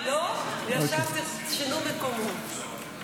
לא, שינו מקומות.